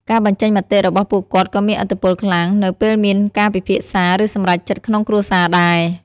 ការបញ្ចេញមតិរបស់ពួកគាត់ក៏មានឥទ្ធិខ្លាំង នៅពេលមានការពិភាក្សាឬសម្រេចចិត្តក្នុងគ្រួសារដែរ។